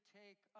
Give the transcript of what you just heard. take